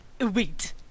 Wait